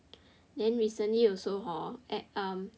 then recenly also hor at uh